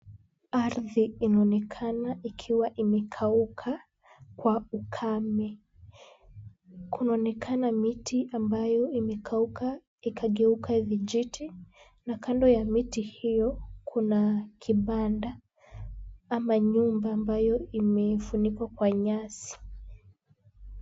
Ardhi inaonekana ikiwa imekauka kwa ukame. Kunaonekana miti ambayo imekauka ikageuka vijiti na kando ya miti hiyo, kuna kibanda ama nyumba ambayo imefunikwa kwa nyasi.